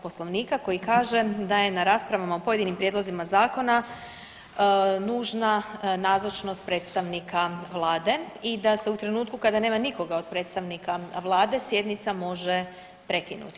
Poslovnika koji kaže da je na raspravama o pojedinim prijedlozima zakona nužna nazočnost predstavnika Vlade i da se u trenutku kada nema nikoga od predstavnika Vlade sjednica može prekinuti.